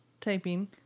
typing